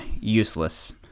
useless